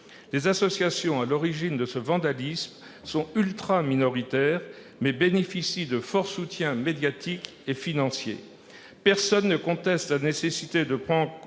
Les associations à l'origine de ce vandalisme sont ultra-minoritaires, mais bénéficient de forts soutiens médiatiques et financiers. Personne ne conteste la nécessité de prendre en compte